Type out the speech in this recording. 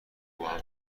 باهم